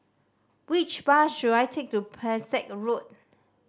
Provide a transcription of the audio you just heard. which bus should I take to Pesek Road